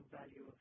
value